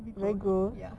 is it gross ya